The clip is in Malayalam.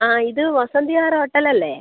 ആ ഇത് വസന്ത് വിഹാർ ഹോട്ടൽ അല്ലേ